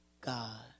God